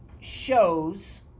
shows